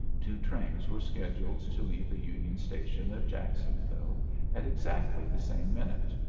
two trains were scheduled to leave the union station at jacksonville at exactly the same minute,